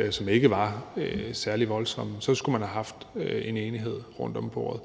og som ikke var særlig voldsomme, så skulle man have haft en enighed rundt om bordet.